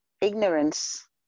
ignorance